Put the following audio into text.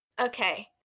Okay